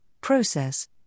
process